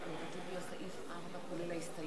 זו זכות האיחור.